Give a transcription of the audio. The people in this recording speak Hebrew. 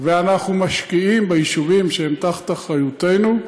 ואנחנו משקיעים ביישובים שהם תחת אחריותנו,